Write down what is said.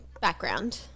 background